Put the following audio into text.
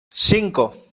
cinco